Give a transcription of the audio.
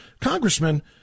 congressman